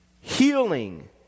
healing